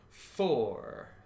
four